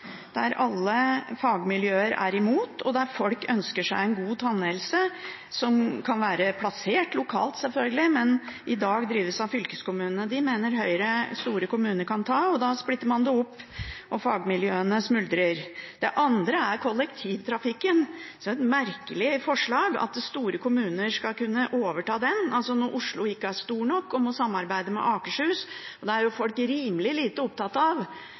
der alle fagmiljøer er imot, og der folk ønsker seg en god tannhelse, som kan være plassert lokalt, selvfølgelig, men som i dag drives av fylkeskommunene. Dem mener Høyre store kommuner kan ta, og da splitter man det opp, og fagmiljøene smuldrer opp. Det andre er kollektivtrafikken. Det er også et merkelig forslag at store kommuner skal kunne overta den. Altså: Når Oslo ikke er stor nok og må samarbeide med Akershus, er folk rimelig lite opptatt av